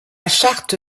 charte